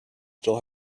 still